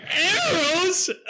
Arrows